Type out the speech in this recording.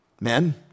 Men